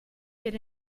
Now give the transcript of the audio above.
get